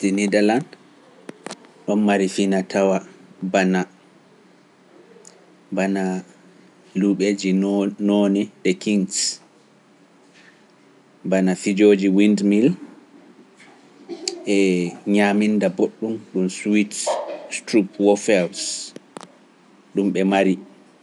Ɗum ɓe njaltinira ɗoon, ɗo Marifina tawa bana luɓeeji nooni e kings, bana fijoji windmill, e ñaaminda boɗɗum ɗum suwits strupp woffels ɗum ɓe mari.